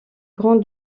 grand